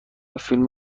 فیلم